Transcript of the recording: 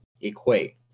equate